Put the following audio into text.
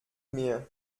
mir